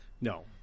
No